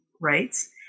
rights